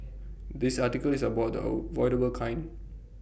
this article is about the avoidable kind